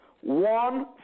One